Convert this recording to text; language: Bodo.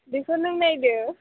बेखौ नों नायदो